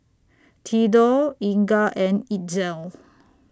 Thedore Inga and Itzel